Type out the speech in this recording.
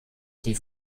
die